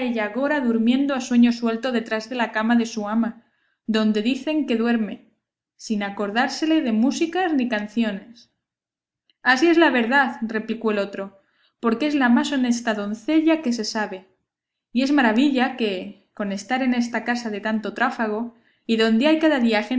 agora durmiendo a sueño suelto detrás de la cama de su ama donde dicen que duerme sin acordársele de músicas ni canciones así es la verdad replicó el otro porque es la más honesta doncella que se sabe y es maravilla que con estar en esta casa de tanto tráfago y donde hay cada día